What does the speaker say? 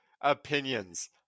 opinions